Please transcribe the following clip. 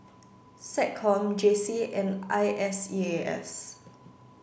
SecCom J C and I S E A S